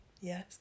Yes